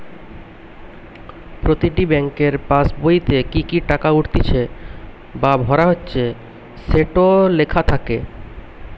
প্রতিটি বেংকের পাসবোইতে কি কি টাকা উঠতিছে বা ভরা হচ্ছে সেটো লেখা থাকে